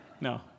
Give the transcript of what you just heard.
No